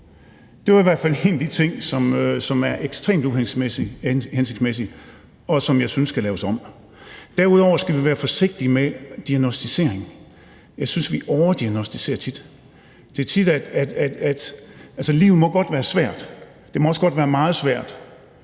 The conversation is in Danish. Det er i hvert fald en af de ting, som er ekstremt uhensigtsmæssige, og som jeg synes skal laves om. Derudover skal vi være forsigtige med diagnosticering. Jeg synes, at vi tit overdiagnosticerer. Altså, livet må godt være svært, og det må også godt være meget svært.